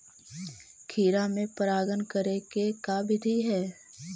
खिरा मे परागण करे के का बिधि है?